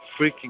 Freaking